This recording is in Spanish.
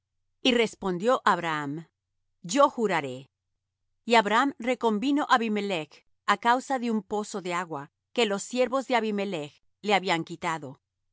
y respondió abraham yo juraré y abraham reconvino á abimelech á causa de un pozo de agua que los siervos de abimelech le habían quitado y